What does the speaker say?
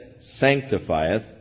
sanctifieth